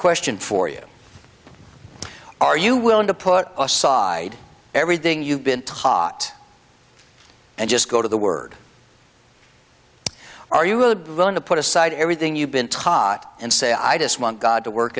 question for you are you willing to put aside everything you've been taught and just go to the word are you going to put aside everything you've been tot and say i just want god to work